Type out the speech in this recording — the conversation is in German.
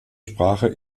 sprache